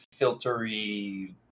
filtery